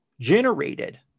generated